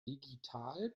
digital